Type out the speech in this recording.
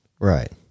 Right